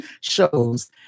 shows